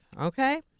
Okay